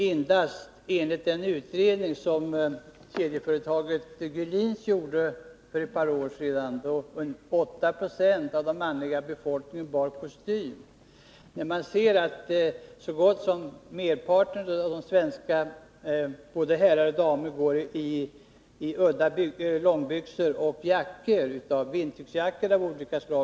Enligt en utredning som kedjeföretaget Gulins gjorde för ett par år sedan är det bara 8 90 av den manliga befolkningen som bär kostym. Merparten av de svenska herrarna och damerna går i udda långbyxor och vindtygsjackor av olika slag.